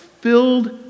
filled